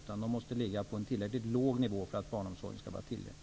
Avgifterna måste ligga på ett tillräckligt låg nivå för att barnomsorgen skall vara tillgänglig.